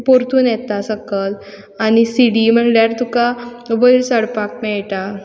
पोरतून येता सकल आनी सिडी म्हणल्यार तुका वयर चडपाक मेयटा